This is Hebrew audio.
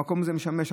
המקום הזה משמש.